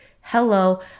hello